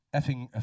effing